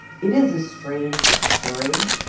it is a strange story.